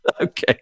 Okay